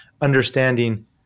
understanding